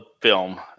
film